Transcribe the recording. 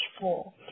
four